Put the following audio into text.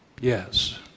Yes